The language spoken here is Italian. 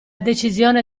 decisione